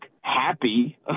happy